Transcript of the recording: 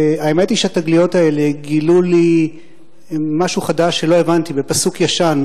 והאמת היא שהתגליות האלה גילו לי משהו חדש שלא הבנתי בפסוק ישן.